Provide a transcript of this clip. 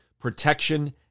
protection